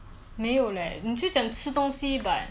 I realise that don't have anything I really want to do